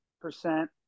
percent